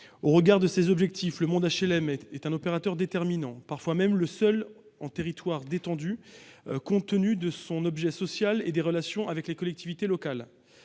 Au regard de cet objectif, le monde HLM est un opérateur déterminant, parfois même le seul en territoire détendu, compte tenu de son objet social et des relations avec les collectivités locales.